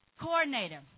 coordinator